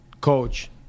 Coach